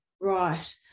Right